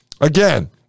Again